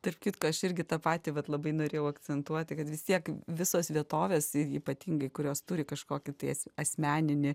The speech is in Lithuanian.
tarp kitko aš irgi tą patį vat labai norėjau akcentuoti kad vis tiek visos vietovės ir ypatingai kurios turi kažkokį tai asmeninį